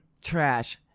trash